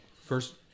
first